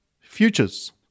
futures